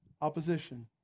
opposition